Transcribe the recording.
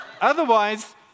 Otherwise